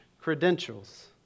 Credentials